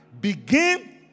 begin